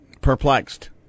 perplexed